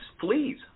fleas